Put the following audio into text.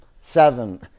seven